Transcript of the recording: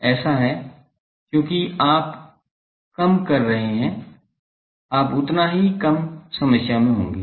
ऐसा है क्योंकि आप कम कर रहे है रहे हैं आप उतना ही कम समस्या में होंगे